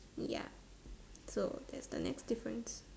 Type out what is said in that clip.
ya so that's the next difference